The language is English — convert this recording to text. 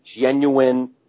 genuine